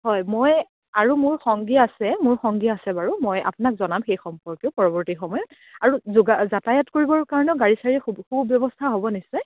হয় মই আৰু মোৰ সংগী আছে মোৰ সংগী আছে বাৰু মই আপোনাক জনাম সেই সম্পৰ্কে পৰৱৰ্তী সময়ত আৰু যোগা যাতায়াত কৰিবৰ কাৰণেও গাড়ী চাৰী সু ব্যৱস্থা হ'ব নিশ্চয়